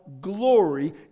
glory